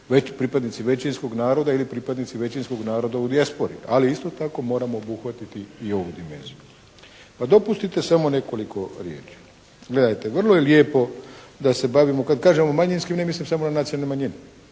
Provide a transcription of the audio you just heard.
pripadnici većinskog naroda ili pripadnici većinskog naroda u dijaspori. Ali isto tako moramo obuhvatiti i ovu dimenziju. Pa dopustite samo nekoliko riječi. Gledajte, vrlo je lijepo da se bavimo, kad kažemo manjinskim ne mislim samo na nacionalne manjine